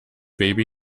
baby